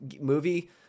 movie